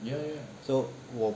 so 我